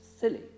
silly